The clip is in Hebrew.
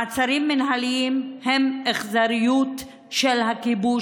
מעצרים מינהליים הם אכזריות של הכיבוש,